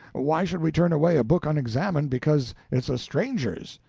why should we turn away a book unexamined because it's a stranger's?